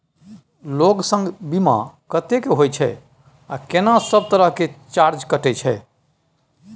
Loan संग बीमा कत्ते के होय छै आ केना सब तरह के चार्ज कटै छै?